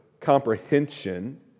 comprehension